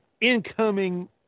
incoming